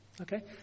okay